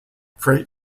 freight